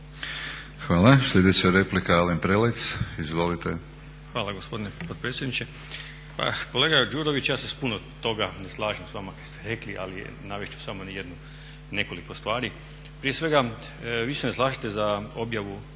Hvala. Sljedeća replika Alen Prelec, izvolite. **Prelec, Alen (SDP)** Hvala gospodine potpredsjedniče. Kolega Đurović, ja se s puno toga ne slažem s vama kaj ste rekli, ali navest ću samo nekoliko stvari. Prije svega vi se ne slažete za objavu